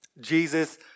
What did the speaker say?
Jesus